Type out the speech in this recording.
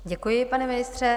Děkuji, pane ministře.